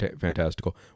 fantastical